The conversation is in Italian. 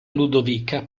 ludovica